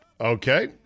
Okay